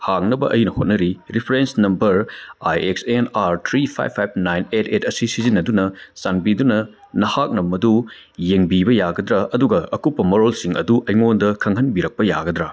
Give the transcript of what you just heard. ꯍꯥꯡꯅꯕ ꯑꯩꯅ ꯍꯣꯠꯅꯔꯤ reference number I X N R three five five nine eight eight ꯑꯁꯤ ꯁꯤꯖꯤꯟꯅꯗꯨꯅ ꯆꯥꯟꯕꯤꯗꯨꯅ ꯅꯍꯥꯛꯅ ꯃꯗꯨ ꯌꯦꯡꯕꯤꯕ ꯌꯥꯒꯗ꯭ꯔ ꯑꯗꯨꯒ ꯑꯀꯨꯞꯄ ꯃꯔꯣꯜꯁꯤꯡ ꯑꯗꯨ ꯑꯩꯉꯣꯟꯗ ꯈꯪꯍꯟꯕꯤꯔꯛꯄ ꯌꯥꯒꯗ꯭ꯔ